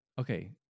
okay